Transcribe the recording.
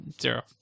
zero